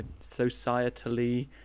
societally